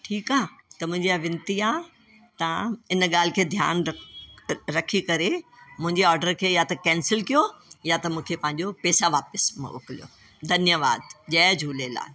ठीकु आहे त मुंहिंजे इहा वेनिती आहे तव्हां इन ॻाल्हि खे ध्यानु रखो रखी करे मुंहिंजे ऑडर खे या त कैंसिल कयो या त मूंखे पंहिंजो पेसा वापसि मोकलियो धन्यवाद जय झूलेलाल